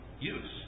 use